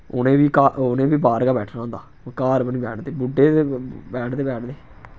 उ'नें बी घा उ'नें बी बाह्र गै बैठना होंदा ओह् घर बी नि बैठदे बुड्ढे ते बैठदे बैठदे